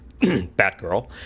batgirl